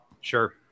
Sure